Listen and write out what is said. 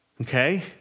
Okay